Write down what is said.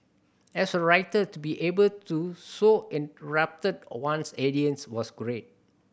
as a writer to be able to so one's was great